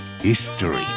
history